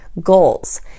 goals